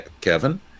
Kevin